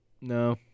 No